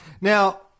Now